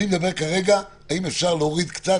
אני מדבר כרגע: האם אפשר להוריד קצת?